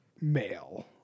male